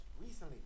recently